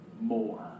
more